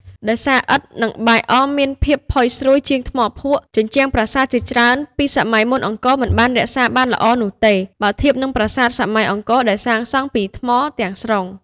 ដោយសារឥដ្ឋ និងបាយអរមានភាពផុយស្រួយជាងថ្មភក់ ជញ្ជាំងប្រាសាទជាច្រើនពីសម័យមុនអង្គរមិនបានរក្សាបានល្អនោះទេ បើធៀបនឹងប្រាសាទសម័យអង្គរដែលសាងសង់ពីថ្មទាំងស្រុង។